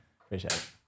Appreciate